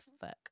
fuck